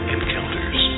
Encounters